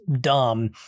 dumb